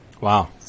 Wow